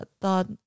thought